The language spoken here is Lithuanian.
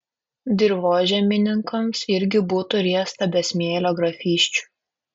dirvožemininkams irgi būtų riesta be smėlio grafysčių